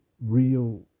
real